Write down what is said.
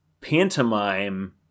pantomime